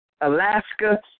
Alaska